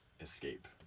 escape